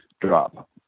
drop